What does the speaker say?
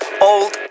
old